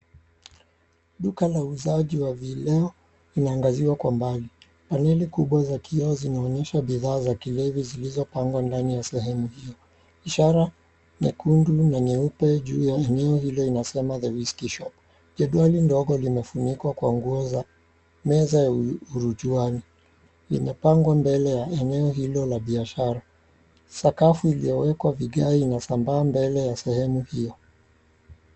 Duka la uuzaji wa vileo linaangaziwa kwa mbali. Paneli kubwa za kioo zinaonyesha bidhaa zakilevi zilizopangwa ndani ya sehemu hiyo. Ishara nyekundu na nyeupe juu ya eneo hilo inasema THE WHISKY SHOP . Jedwali ndogo limefunikwa kwa nguo za... meza ya urujuani limepangwa mbele ya eneo hilo la biashara. Sakafu iliyowekwa vigae inasambaa mbele ya sehemu hio.